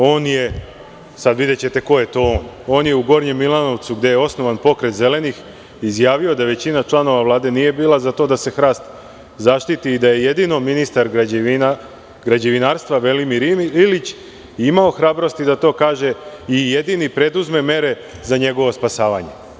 On je, sad videćete ko je to on, u Gornjem Milanovcu, gde je osnovan Pokret zelenih, izjavio da većina članova Vlade nije bila za to da se hrast zaštiti i da je jedino ministar građevinarstva, Velimir Ilić, imao hrabrosti da to kaže i jedini preduzme mere za njegovo spasavanje.